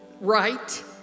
right